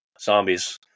zombies